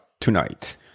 tonight